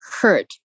hurt